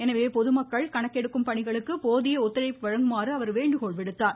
எனவே பொதுமக்கள் கணக்கெடுப்புப் பணிகளுக்கு போதிய ஒத்துழைப்பு வழங்குமாறு அவர் வேண்டுகோள் விடுத்தார்